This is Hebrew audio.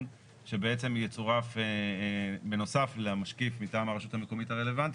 שבעצם בנוסף למשקיף מטעם הרשות המקומית הרלוונטית,